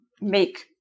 make